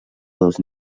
dos